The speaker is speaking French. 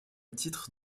titre